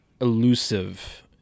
elusive